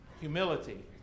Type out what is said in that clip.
humility